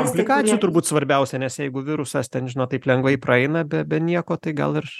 komplikacijų turbūt svarbiausia nes jeigu virusas ten žinot taip lengvai praeina be be nieko tai gal ir